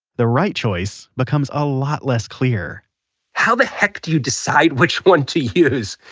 the right choice becomes a lot less clear how the heck do you decide which one to use?